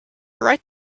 right